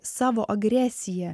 savo agresiją